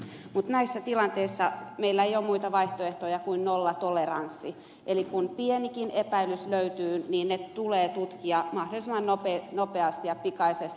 mutta näissä tilanteissa meillä ei ole muita vaihtoehtoja kuin nollatoleranssi eli kun pienikin epäilys löytyy niin se tulee tutkia mahdollisimman nopeasti ja pikaisesti